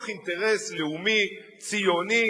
מתוך אינטרס לאומי, ציוני,